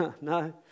No